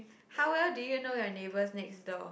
how well do you know your neighbours next door